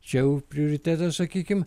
čia jau prioritetas sakykim